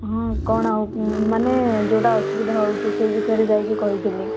ହଁ କଣ ଆଉ ମାନେ ଯେଉଁଟା ଅସୁବିଧା ହେଉଛି ସେହି ବିଷୟ ରେ ଯାଇକି କହିଥିଲି